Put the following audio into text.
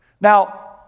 Now